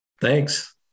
Thanks